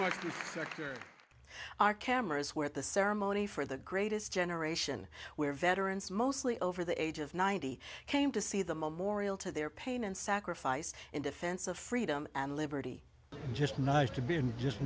your our cameras were at the ceremony for the greatest generation where veterans mostly over the age of ninety came to see the memorial to their pain and sacrifice in defense of freedom and liberty just nice to